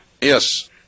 Yes